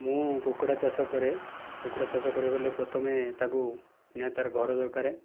ମୁଁ କୁକୁଡ଼ା ଚାଷ କରେ କୁକୁଡ଼ା ଚାଷ କରିବାକୁ ହେଲେ ପ୍ରଥମେ ତାକୁ ନିହାତି ତାର ଘର ଦରକାର